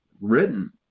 written